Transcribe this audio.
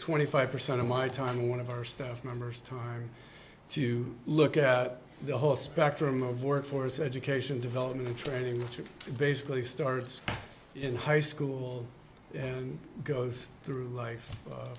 twenty five percent of my time one of our staff members time to look at the whole spectrum of workforce education development training which is basically starts in high school and goes through life